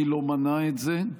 מי לא מנע את זה,